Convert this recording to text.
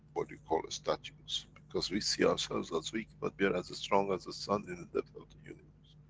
what you call statues, because we see ourselves as weak, but we are as strong as a sun in the depth of the universe.